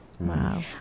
Wow